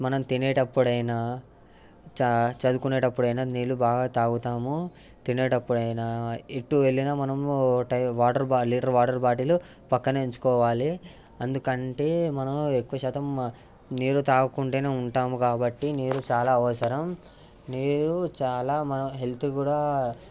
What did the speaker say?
మనం తినేటప్పుడు అయినా చ చదువుకునేటప్పుడు అయినా నీళ్ళు బాగా తాగుతాము తినేటప్పుడు అయినా ఎటు వెళ్ళినా మనం వాటర్ బా లీటర్ వాటర్ బాటిల్ పక్కన ఉంచుకోవాలి ఎందుకంటే మనం ఎక్కువ శాతం నీరు తాగకుండా ఉంటాము కాబట్టి నీరు చాలా అవసరం నీరు చాలా మన హెల్త్ కూడా